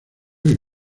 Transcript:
que